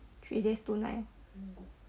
three days two night lor